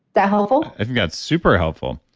that helpful? i think that's super helpful.